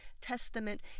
testament